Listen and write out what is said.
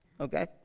okay